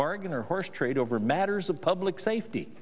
bargain or horse trade over matters of public safety